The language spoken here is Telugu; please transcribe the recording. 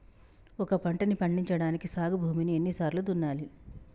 ఒక పంటని పండించడానికి సాగు భూమిని ఎన్ని సార్లు దున్నాలి?